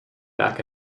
back